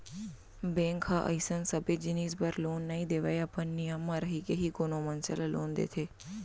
bank ह अइसन सबे जिनिस बर लोन नइ देवय अपन नियम म रहिके ही कोनो मनसे ल लोन देथे